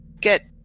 get